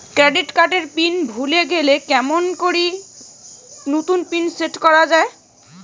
Credit card এর pin ভুলে গেলে কেমন করি নতুন পিন সেট করা য়ায়?